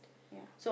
ya